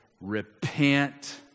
Repent